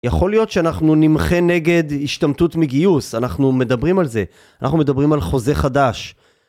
יכול להיות שאנחנו נמחה נגד השתמטות מגיוס, אנחנו מדברים על זה, אנחנו מדברים על חוזה חדש.